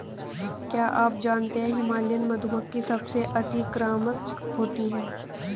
क्या आप जानते है हिमालयन मधुमक्खी सबसे अतिक्रामक होती है?